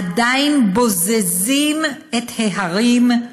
עדיין בוזזים את ההרים,